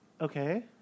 Okay